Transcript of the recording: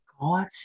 God